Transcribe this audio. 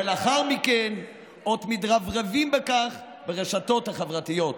ולאחר מכן עוד מתרברבים בכך ברשתות החברתיות.